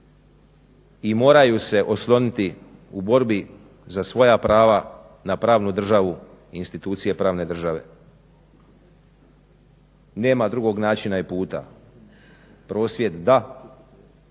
i moraju se osloniti u borbi za svoja prava na pravnu državu i institucije pravne države. Nema drugog načina i puta. Prosvjed da,